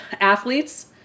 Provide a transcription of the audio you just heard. athletes